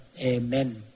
Amen